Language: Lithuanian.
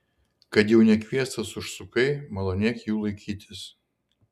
kad jau nekviestas užsukai malonėk jų laikytis